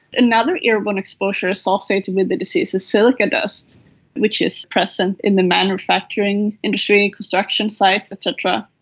another airborne exposure associated with the disease is silica dust which is present in the manufacturing industry, construction sites et cetera.